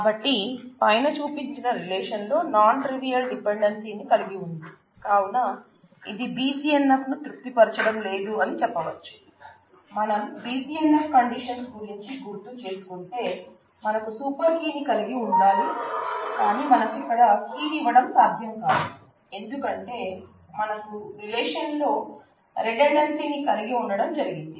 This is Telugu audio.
కాబట్టి పైన చూపించిన రిలేషన్ ని కలిగి ఉండటం జరిగింది